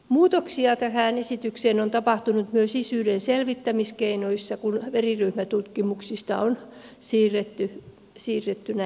muutoksia tähän esitykseen on tapahtunut myös isyyden selvittämiskeinoissa kun veriryhmätutkimuksista on siirrytty dna tutkimuksiin